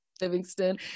Livingston